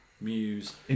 Muse